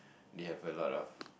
they have a lot of